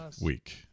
week